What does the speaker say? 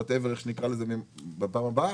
או איך שנקרא לזה בפעם הבאה,